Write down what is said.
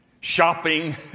shopping